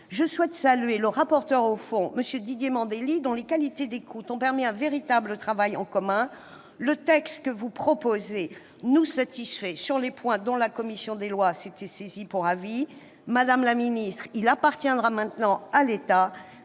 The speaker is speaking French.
je souhaite saluer le rapporteur au fond, M. Didier Mandelli, dont les qualités d'écoute ont permis un véritable travail en commun. Le texte proposé nous satisfait sur les points dont la commission des lois s'était saisie pour avis. Madame la ministre, il appartiendra maintenant à l'État